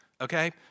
Okay